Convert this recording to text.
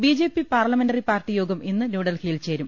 B J P parliamentary party യോഗം ഇന്ന് ന്യൂഡൽഹി യിൽ ചേരും